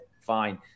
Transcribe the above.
Fine